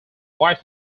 white